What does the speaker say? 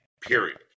Period